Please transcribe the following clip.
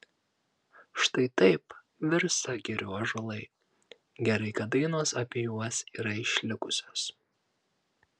štai taip virsta girių ąžuolai gerai kad dainos apie juos yra išlikusios